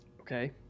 okay